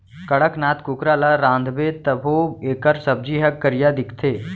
कड़कनाथ कुकरा ल रांधबे तभो एकर सब्जी ह करिया दिखथे